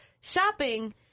shopping